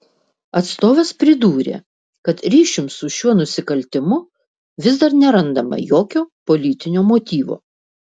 atstovas pridūrė kad ryšium su šiuo nusikaltimu vis dar nerandama jokio politinio motyvo